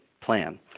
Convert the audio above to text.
plan